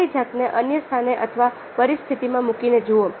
તમારી જાતને અન્ય સ્થાને અથવા પરિસ્થિતિમાં મૂકીને જુઓ